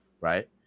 right